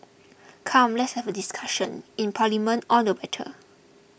come let's have a discussion in Parliament all the better